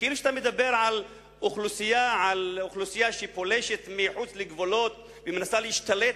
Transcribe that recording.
כאילו שאתה מדבר על אוכלוסייה שפולשת מחוץ לגבולות ומנסה להשתלט